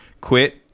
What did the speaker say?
quit